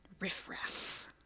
riffraff